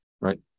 Right